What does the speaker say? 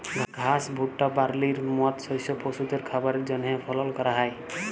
ঘাস, ভুট্টা, বার্লির মত শস্য পশুদের খাবারের জন্হে ফলল ক্যরা হ্যয়